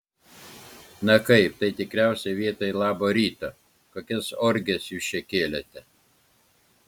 na kaip tai tikriausiai vietoj labo ryto kokias orgijas jūs čia kėlėte